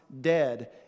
dead